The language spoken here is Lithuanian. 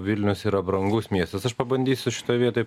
vilnius yra brangus miestas aš pabandysiu šitoj vietoj